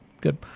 good